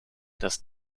das